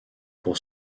pour